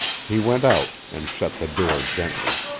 he went out and shut the door gently.